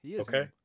okay